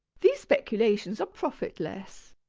these speculations are profitless.